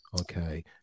Okay